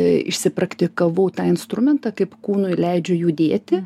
išsipraktikavau tą instrumentą kaip kūnui leidžiu judėti